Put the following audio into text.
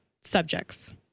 subjects